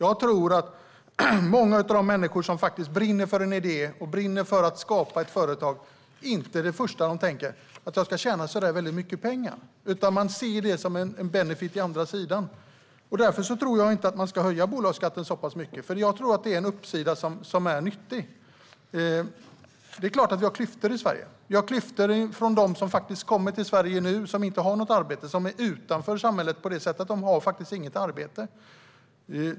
Av alla dem som faktiskt brinner för en idé och för att skapa ett företag tror jag inte att så många först och främst tänker att de ska tjäna så väldigt mycket pengar, utan man ser det som en benefit i den andra änden. Därför tror jag inte att man ska höja bolagsskatten så mycket, för jag tror att det är en uppsida som är nyttig. Det är klart att vi har klyftor i Sverige, bland annat för att människor som kommer till Sverige nu är utanför samhället på det sättet att de inte har något arbete.